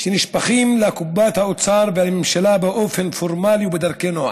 שנשפכים לקופת האוצר ולממשלה באופן פורמלי ובדרכי נועם,